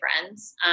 friends